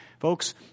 Folks